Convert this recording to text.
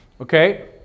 Okay